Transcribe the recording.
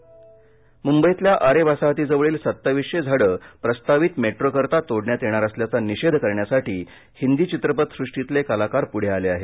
वृक्षतोड मुंबईतल्या आरे वसाहतीजवळील सत्तावीशे झाडं प्रस्तावित मेट्रोकरिता तोडण्यात येणार असल्याचा निषेध करण्यासाठी हिंदी चित्रपटसृष्टीतले कलाकार पुढे आले आहेत